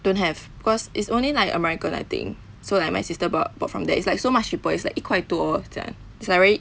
don't have cause it's only like in america I think so like my sister bought bought from there it's like so much cheaper it's like 一块多这样 it's like very